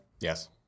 Yes